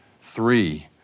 three